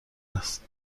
است